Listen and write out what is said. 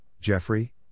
Jeffrey